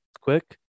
quick